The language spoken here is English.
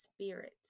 spirit